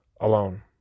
alone